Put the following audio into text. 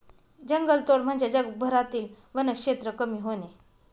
जंगलतोड म्हणजे जगभरातील वनक्षेत्र कमी होणे